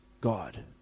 God